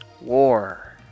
War